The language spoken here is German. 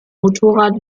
motorrad